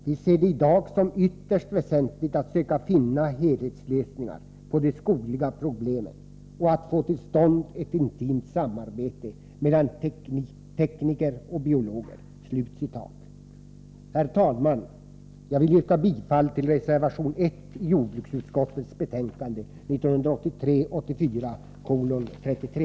Vi ser det i dag som ytterst väsentligt att söka finna helhetslösningar på de skogliga problemen och att få till stånd ett intimt samarbete mellan tekniker och biologer.” Herr talman! Jag vill yrka bifall till reservation 1 i jordbruksutskottets betänkande 1983/84:33.